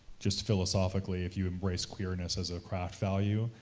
just philosophically, if you embrace queerness as a craft value,